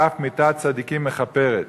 אף מיתת צדיקים מכפרת".